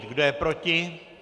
Kdo je proti?